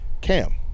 Cam